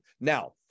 Now